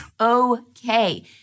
Okay